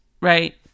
right